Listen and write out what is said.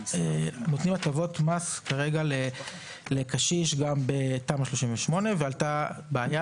נותנים הטבות מס כרגע לקשיש גם בתמ"א 38. עלתה בעיה